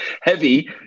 heavy